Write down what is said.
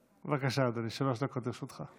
בבקשה, אדוני, שלוש דקות לרשותך.